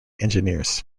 engineers